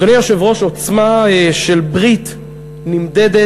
אדוני היושב-ראש, עוצמה של ברית נמדדת